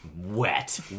wet